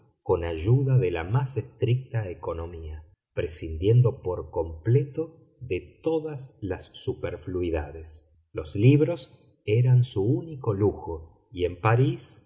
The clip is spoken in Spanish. con ayuda de la más estricta economía prescindiendo por completo de todas las superfluidades los libros eran su único lujo y en parís